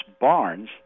Barnes